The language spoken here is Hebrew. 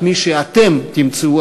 מה כל זה אומר על המתרחש במגרש